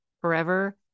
forever